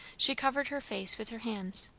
she covered her face with her hands,